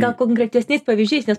gal konkretesniais pavyzdžiais nes